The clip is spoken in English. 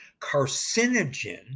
carcinogen